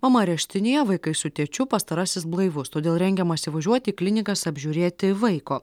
mama areštinėje vaikai su tėčiu pastarasis blaivus todėl rengiamasi važiuoti į klinikas apžiūrėti vaiko